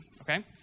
okay